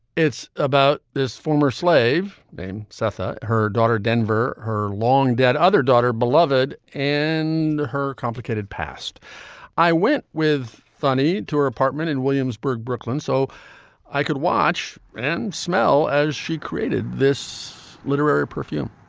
it's about this former slave named seth, ah her daughter denver her long dead, other daughter, beloved, and her complicated past i went with funny to her apartment in williamsburg, brooklyn, so i could watch and smell as she created this literary perfume